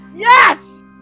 Yes